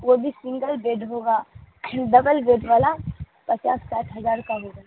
وہ بھی single bed ہوگا ڈبل بیڈ والا پچاس ساٹھ ہزار کا ہو گا